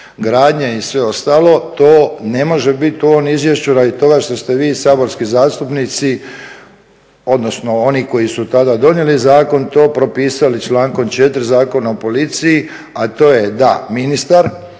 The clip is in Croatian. gradnja i sve ostalo to ne može biti u ovom izvješću radi toga što ste vi saborski zastupnici odnosno oni koji su tada donijeli zakon to propisali člankom 4. Zakona o policiji, a to je da ministar,